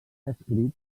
escrit